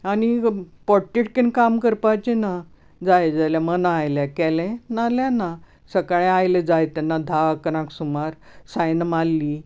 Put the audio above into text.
आनी पोट तिडकीन काम करपाचे ना जाय जाल्या मनां आयले केले नाल्यार ना सकाळी आयले जाय तेन्ना धा अकरांक सुमार सायन मारली